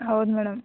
ಹೌದು ಮೇಡಮ್